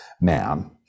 man